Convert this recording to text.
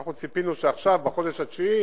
אנחנו ציפינו שעכשיו, בחודש התשיעי,